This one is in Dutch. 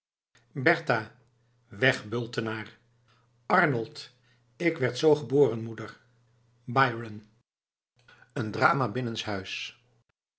weg bultenaar arnold k werd zoo geboren moeder byron i een drama binnenshuis